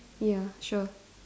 ya sure